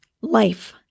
Life